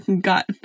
got